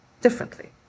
differently